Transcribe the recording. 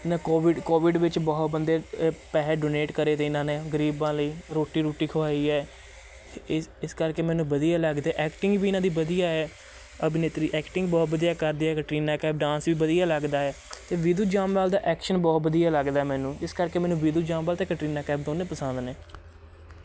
Covid Covid ਵਿੱਚ ਬਹੁਤ ਬੰਦੇ ਪੈਸੇ ਡੋਨੇਟ ਕਰੇ ਅਤੇ ਇਹਨਾਂ ਨੇ ਗਰੀਬਾਂ ਲਈ ਰੋਟੀ ਰੂਟੀ ਖਵਾਈ ਹੈ ਇਸ ਇਸ ਕਰਕੇ ਮੈਨੂੰ ਵਧੀਆ ਲੱਗਦਾ ਐਕਟਿੰਗ ਵੀ ਇਹਨਾਂ ਦੀ ਵਧੀਆ ਹੈ ਅਭਿਨੇਤਰੀ ਐਕਟਿੰਗ ਬਹੁਤ ਵਧੀਆ ਕਰਦੀ ਹੈ ਕੈਟਰੀਨਾ ਕੈਫ ਡਾਂਸ ਵੀ ਵਧੀਆ ਲੱਗਦਾ ਹੈ ਅਤੇ ਵਿਧੂ ਜੋਂਬਾਲ ਦਾ ਐਕਸ਼ਨ ਬਹੁਤ ਵਧੀਆ ਲੱਗਦਾ ਹੈ ਮੈਨੂੰ ਇਸ ਕਰਕੇ ਮੈਨੂੰ ਵਿਧੂ ਜੋਂਬਾਲ ਅਤੇ ਕਟਰੀਨਾ ਕੈਫ ਦੋਨੇ ਪਸੰਦ ਨੇ